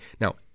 Now